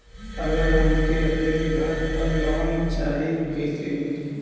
अगर हमके अपने घर पर लोंन चाहीत कईसे मिली?